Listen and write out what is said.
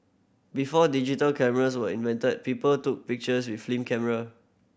before digital cameras were invented people took pictures with film camera